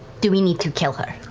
do we need to kill her?